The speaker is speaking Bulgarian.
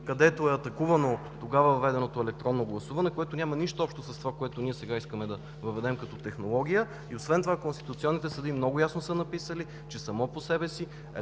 където е атакувано тогава въведеното електронно гласуване, което няма нищо общо с това, което сега искаме да въведем като технология. Освен това конституционните съдии много ясно са написали, че само по себе си електронното гласуване